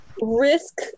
risk